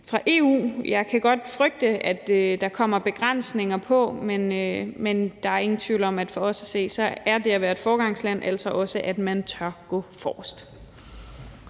fra EU. Jeg kan godt frygte, at der kommer begrænsninger på, men der er ingen tvivl om, at for os at se er det at være et foregangsland altså også, at man tør gå forrest.